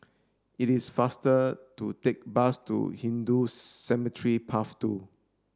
it is faster to take the bus to Hindu Cemetery Path two